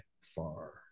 far